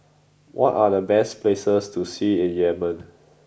what are the best places to see in Yemen